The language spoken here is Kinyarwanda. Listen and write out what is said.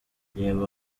reba